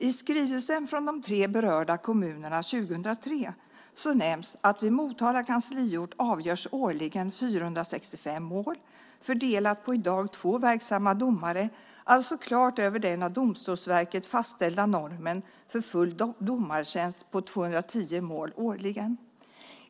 I skrivelsen från de tre berörda kommunerna 2003 nämns att vid Motala kansliort avgörs årligen 465 mål fördelade på i dag två verksamma domare, alltså klart över den av Domstolsverket fastställda normen för full domartjänst på 210 mål årligen.